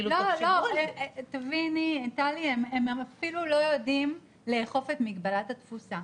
הם אפילו לא יודעים לאכוף את מגבלת התפוסה.